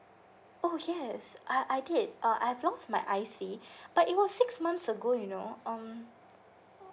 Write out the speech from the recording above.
oh yes I I did uh I've lost my I_C but it was six months ago you know um